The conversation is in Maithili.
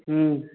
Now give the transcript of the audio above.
हुँ